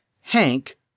Hank